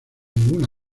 ninguna